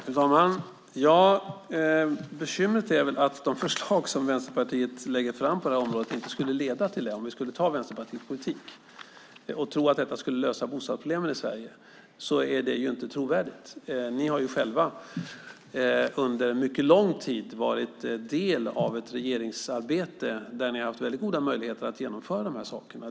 Fru talman! Bekymret är att de förslag som Vänsterpartiet lägger fram på det här området inte skulle leda till det som sägs om vi antog Vänsterpartiets politik. Att det skulle lösa bostadsproblemet i Sverige är inte trovärdigt. Vänsterpartiet har under mycket lång tid varit del av ett regeringsarbete där de haft goda möjligheter att genomföra dessa saker.